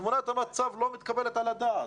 תמונת המצב לא מתקבלת על הדעת.